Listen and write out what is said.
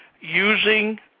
using